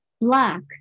black